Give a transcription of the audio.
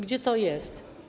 Gdzie to jest?